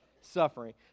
suffering